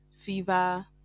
fever